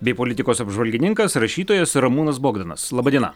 bei politikos apžvalgininkas rašytojas ramūnas bogdanas laba diena